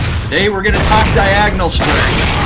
today, we're going to talk diagonal spreads.